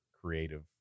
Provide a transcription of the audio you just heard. creative